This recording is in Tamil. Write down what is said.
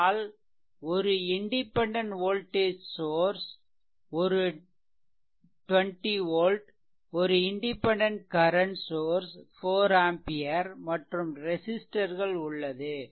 ஆனால் ஒரு இன்டிபெண்டென்ட் வோல்டேஜ் சோர்ஸ் 20 volt ஒரு இன்டிபெண்டென்ட் கரன்ட் சோர்ஸ் 4 ஆம்பியர் மற்றும் ரெசிஸ்ட்டர்கள் உள்ளது